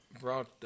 brought